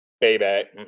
baby